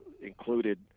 included